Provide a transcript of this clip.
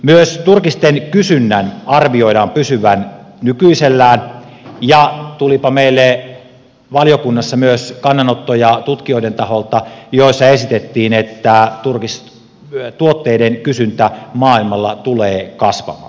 myös turkisten kysynnän arvioidaan pysyvän nykyisellään ja tulipa meille valiokunnassa myös tutkijoiden taholta kannanottoja joissa esitettiin että turkistuotteiden kysyntä maailmalla tulee kasvamaan